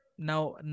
Now